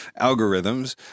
algorithms